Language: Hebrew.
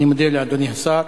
אני מודה לאדוני השר.